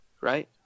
right